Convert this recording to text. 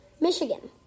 Michigan